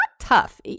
tough